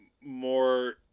more